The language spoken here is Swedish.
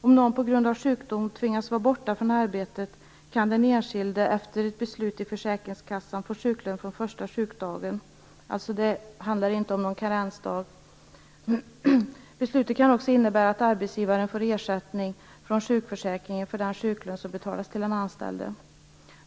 Om någon på grund av sjukdom tvingas vara borta från arbetet kan den enskilde efter ett beslut från försäkringskassan få sjuklön från den första sjukdagen. Det handlar alltså inte om någon karensdag. Beslutet kan också innebära att arbetsgivaren får ersättning från sjukförsäkringen för den sjuklön som betalas till den anställde.